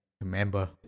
Remember